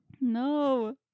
no